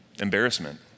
embarrassment